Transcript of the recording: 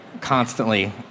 constantly